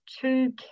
two